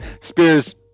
Spears